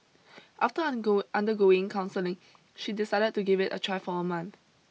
after undergo undergoing counselling she decided to give it a try for a month